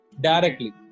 Directly